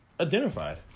Identified